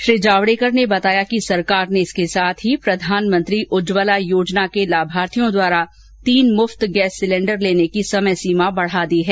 श्री जावडेकर ने बताया कि इसके साथ ही सरकार ने प्रधानमंत्री उज्वला योजना के लाभार्थियों द्वारा तीन मुफ्त गैस सिलेण्डर लेने की समय सीमा बढ़ा दी है